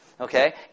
Okay